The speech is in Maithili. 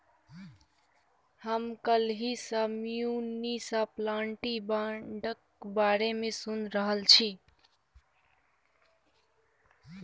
हम काल्हि सँ म्युनिसप्लिटी बांडक बारे मे सुनि रहल छी